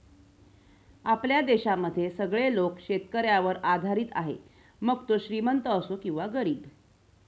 आपल्या देशामध्ये सगळे लोक शेतकऱ्यावर आधारित आहे, मग तो श्रीमंत असो किंवा गरीब